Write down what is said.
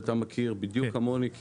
שאותה אתה מכיר בדיוק כמוני.